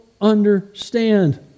understand